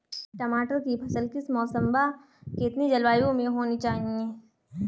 टमाटर की फसल किस मौसम व कितनी जलवायु में होनी चाहिए?